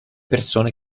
persone